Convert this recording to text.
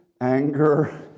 anger